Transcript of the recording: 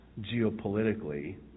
geopolitically